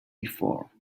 before